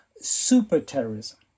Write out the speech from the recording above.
super-terrorism